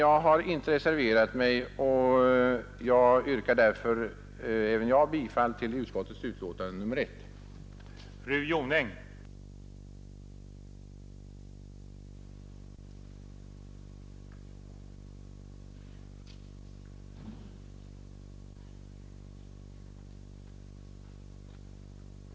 Jag har inte reserverat mig i utskottet, och därför yrkar även jag bifall till utskottets förslag i dess betänkande nr 1.